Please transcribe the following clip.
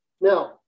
Now